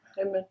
Amen